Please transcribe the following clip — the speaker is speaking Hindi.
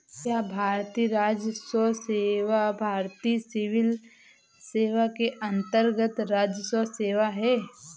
क्या भारतीय राजस्व सेवा भारतीय सिविल सेवा के अन्तर्गत्त राजस्व सेवा है?